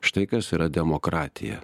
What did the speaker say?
štai kas yra demokratija